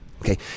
Okay